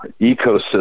ecosystem